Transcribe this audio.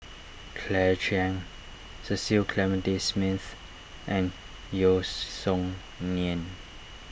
Claire Chiang Cecil Clementi Smith and Yeo Song Nian